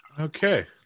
Okay